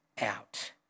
out